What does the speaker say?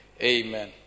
amen